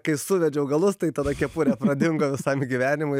kai suvedžiau galus tai tada kepurė pradingo visam gyvenimui